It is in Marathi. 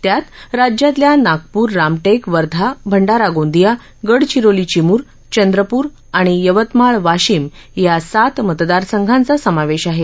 त्यात राज्यातल्या नागपूर रामटेक वर्धा भंडारा गोंदिया गडचिरोली चिमूर चंद्रपूर आणि यवतमाळ वाशिम या सात मतदारसंघांचा समावेश आहे